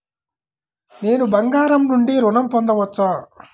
నేను బంగారం నుండి ఋణం పొందవచ్చా?